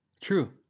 true